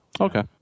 okay